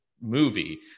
movie